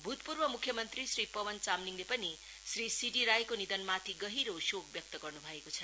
भूतपूर्व मुख्य मंत्री श्री पवन चामलिङले पनि श्री सिडी राईको निधनमाथि गहिरो शोक व्यक्त गर्नु भएको छ